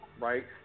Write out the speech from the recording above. right